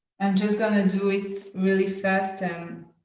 and just gonna do it really fast and.